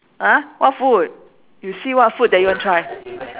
!huh! what food you see what food that you want try